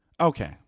Okay